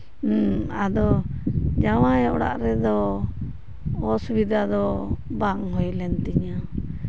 ᱦᱮᱸ ᱟᱫᱚ ᱡᱟᱶᱟᱭ ᱚᱲᱟᱜ ᱨᱮᱫᱚ ᱚᱥᱩᱵᱤᱫᱷᱟ ᱫᱚ ᱵᱟᱝ ᱦᱳᱭ ᱞᱮᱱ ᱛᱤᱧᱟᱹ